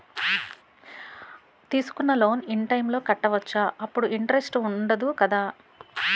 తీసుకున్న loan in time లో కట్టవచ్చ? అప్పుడు ఇంటరెస్ట్ వుందదు కదా?